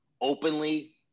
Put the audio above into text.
openly